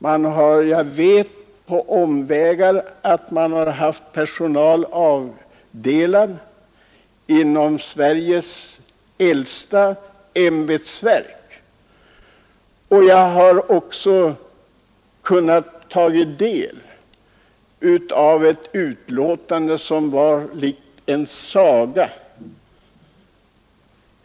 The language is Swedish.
Men jag har på omvägar hört att man inom Sveriges äldsta ämbetsverk har haft personal avdelad för detta ärende, och jag har också tagit del av ett utlåtande som var mycket likt en saga.